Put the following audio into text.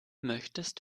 möchtest